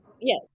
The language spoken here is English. yes